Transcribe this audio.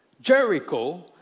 Jericho